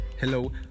Hello